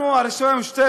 אנחנו, הרשימה המשותפת,